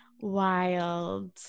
wild